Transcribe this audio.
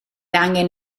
angen